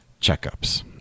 checkups